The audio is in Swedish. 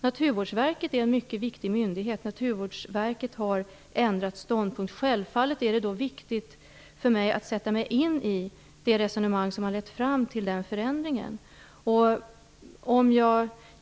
Naturvårdsverket är en mycket viktig myndighet, och där har man ändrat ståndpunkt. Då är det självfallet viktigt för mig att sätta mig in i det resonemang som har lett fram till den förändringen.